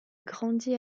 grandit